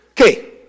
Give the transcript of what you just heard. Okay